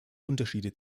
unterschiede